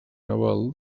naval